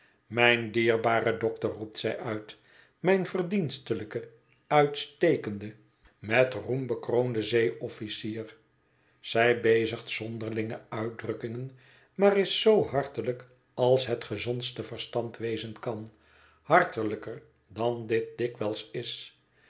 mijn dierbare dokter roept zij uit mijn verdienstelijke uitstekende met roem bekroonde zeeofficier zij bezigt zonderlinge uitdrukkingen maar is zoo hartelijk als het gezondste verstand wezen kan hartelijker dan dit dikwijls is